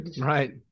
Right